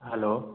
hello